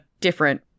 different